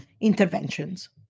interventions